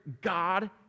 God